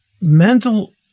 mental